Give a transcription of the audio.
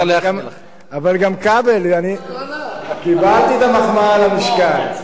אבל גם, כבל, קיבלתי את המחמאה על המשקל.